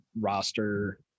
roster